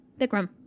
Bikram